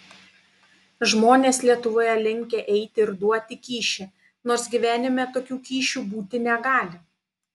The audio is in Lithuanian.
žmonės lietuvoje linkę eiti ir duoti kyšį nors gyvenime tokių kyšių būti negali